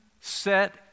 set